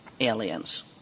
aliens